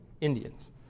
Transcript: Indians